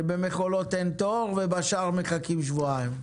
שבמכולות אין תור ובשאר מחכים שבועיים?